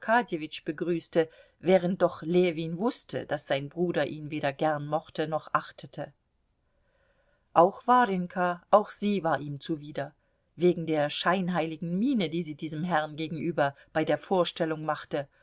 begrüßte während doch ljewin wußte daß sein bruder ihn weder gern mochte noch achtete auch warjenka auch sie war ihm zuwider wegen der scheinheiligen miene die sie diesem herrn gegenüber bei der vorstellung machte